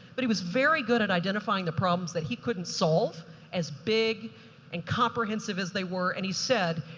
but he was very good at identifying the problems that he couldn't solve as big and comprehensive as they were. and, he said,